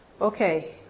Okay